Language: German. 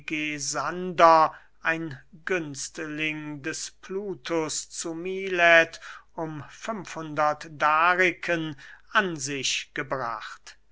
ein günstling des plutus zu milet um fünf hundert dariken an sich gebracht